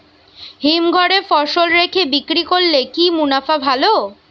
হিমঘরে ফসল রেখে বিক্রি করলে কি মুনাফা ভালো?